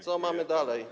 Co mamy dalej?